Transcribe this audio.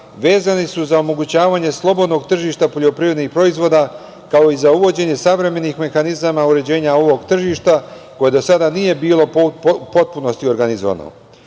vezani za omogućavanje slobodnog tržišta poljoprivrednih proizvoda, kao i za uvođenje savremenih mehanizama uređenja ovog tržišta koje do sada nije bilo u potpunosti organizovano. Pored